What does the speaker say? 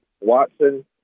Watson